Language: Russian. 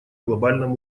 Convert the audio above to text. глобальном